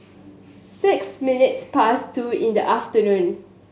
six minutes past two in the afternoon